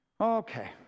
Okay